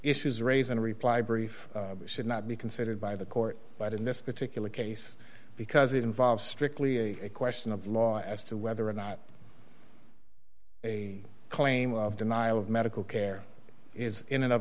issues raised in a reply brief should not be considered by the court but in this particular case because it involves strictly a question of law as to whether or not a claim of denial of medical care is